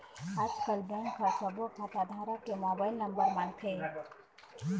आजकल बेंक ह सब्बो खाता धारक के मोबाईल नंबर मांगथे